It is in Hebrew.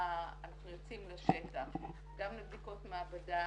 אנחנו יוצאים לשטח, גם לבדיקות מעבדה,